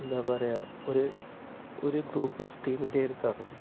എന്താണ് പറയുക ഒരു ഒരു ഗ്രൂപ്പ് ഓഫ് ടീമിന്റെ അടുത്താണ്